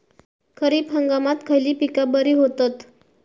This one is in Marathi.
खरीप हंगामात खयली पीका बरी होतत?